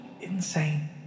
insane